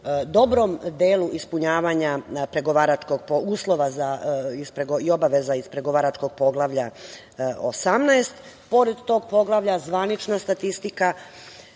dobrom delu ispunjavanja uslova i obaveza iz pregovaračkog Poglavlja 18. Pored tog poglavlja, zvanična statistika